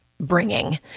bringing